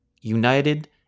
united